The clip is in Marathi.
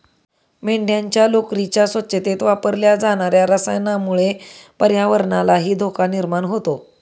मेंढ्यांच्या लोकरीच्या स्वच्छतेत वापरल्या जाणार्या रसायनामुळे पर्यावरणालाही धोका निर्माण होतो